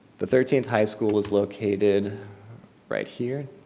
the thirteenth high school is located right here